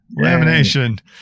Lamination